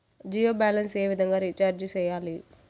Jio balance ఏ విధంగా recharge సేయాలి?